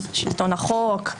שלטון החוק,